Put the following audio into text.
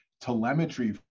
telemetry